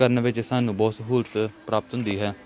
ਕਰਨ ਵਿੱਚ ਸਾਨੂੰ ਬਹੁਤ ਸਹੂਲਤ ਪ੍ਰਾਪਤ ਹੁੰਦੀ ਹੈ